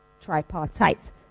tripartite